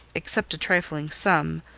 except a trifling sum,